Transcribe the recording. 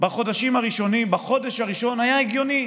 בחודשים הראשונים, בחודש הראשון, היה הגיוני,